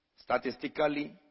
statistically